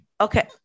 Okay